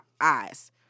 eyes